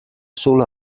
solo